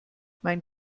mein